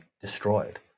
destroyed